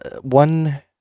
one